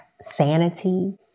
sanity